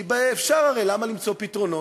כי אפשר, הרי, למה למצוא פתרונות?